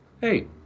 hey